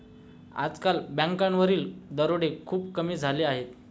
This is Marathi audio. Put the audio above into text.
आजकाल बँकांवरील दरोडे खूप कमी झाले आहेत